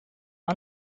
man